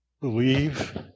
believe